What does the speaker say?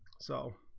so